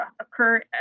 occur